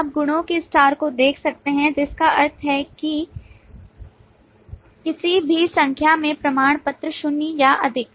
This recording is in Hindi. आप गुणकों के स्टार को देख सकते हैं जिसका अर्थ है किसी भी संख्या में प्रमाण पत्र शून्य या अधिक